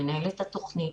מנהלת התכנית,